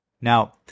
Now